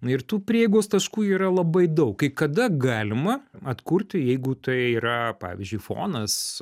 na ir tų prieigos taškų yra labai daug kai kada galima atkurti jeigu tai yra pavyzdžiui fonas